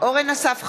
אורן אסף חזן,